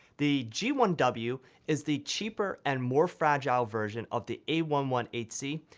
the g one w is the cheaper and more fragile version of the a one one eight c,